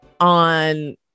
on